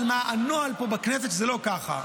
אבל מה, הנוהל פה בכנסת שזה לא ככה.